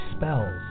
spells